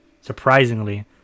Surprisingly